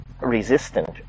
resistant